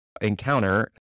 encounter